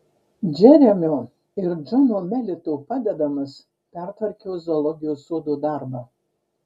džeremio ir džono melito padedamas pertvarkiau zoologijos sodo darbą